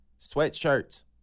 Sweatshirts